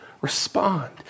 respond